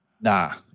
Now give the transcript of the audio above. nah